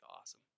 awesome